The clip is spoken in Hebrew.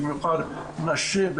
במיוחד נשים,